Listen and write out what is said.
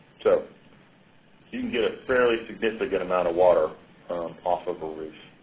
so you can get a fairly significant amount of water off of a roof.